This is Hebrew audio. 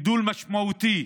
גידול משמעותי